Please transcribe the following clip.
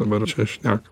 dabar čia šneka